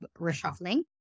reshuffling